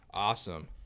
Awesome